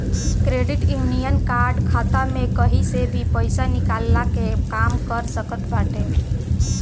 credit union card खाता में कही से भी पईसा निकलला के काम कर सकत बाटे